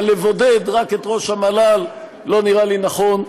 אבל לבודד רק את ראש המל"ל לא נראה לי נכון,